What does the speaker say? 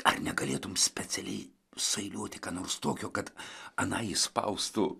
ar negalėtum specialiai sueiliuoti ką nors tokio kad ana išspaustų